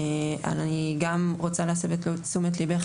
אני גם רוצה להסב את תשומת ליבך.